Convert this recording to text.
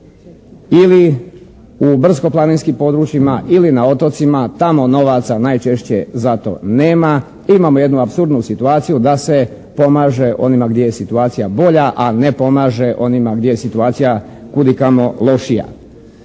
ili u brdsko-planinskim područjima ili na otocima. Tamo novaca najčešće za to nema. Imamo jednu apsurdnu situaciju da se pomaže onima gdje je situacija bolja, a ne pomaže onima gdje je situacija kud i kamo lošija.